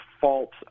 fault